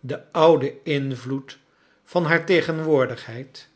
de oude invloed van banr tegenwoordigbeid